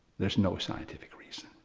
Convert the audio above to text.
there's no scientific reason,